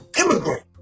immigrant